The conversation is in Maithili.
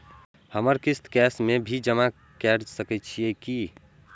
हमर किस्त कैश में भी जमा कैर सकै छीयै की?